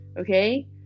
okay